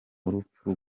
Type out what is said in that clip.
urupfu